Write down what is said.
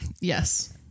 Yes